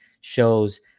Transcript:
shows